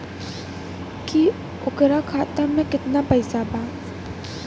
की ओकरा खाता मे कितना पैसा बा?